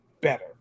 better